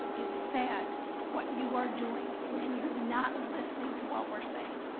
it's sad what you are doing and you're not listening to what we're saying.